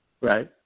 Right